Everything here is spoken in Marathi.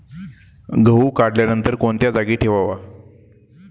गहू काढल्यानंतर कोणत्या जागी ठेवावा?